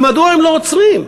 ומדוע הם לא עוצרים?